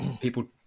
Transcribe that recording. people